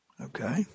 Okay